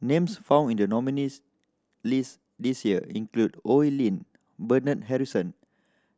names found in the nominees' list this year include Oi Lin Bernard Harrison